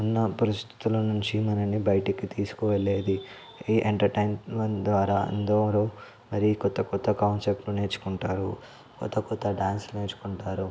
ఉన్న పరిస్థితుల నుంచి మనలని బయటికి తీసుకు వెళ్ళేది ఈ ఎంటర్టైన్మెంట్ ద్వారా ఎందరో మరి క్రొత్త క్రొత్త కాన్సెప్టులు నేర్చుకుంటారు క్రొత్త క్రొత్త డాన్స్ నేర్చుకుంటారు